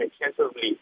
extensively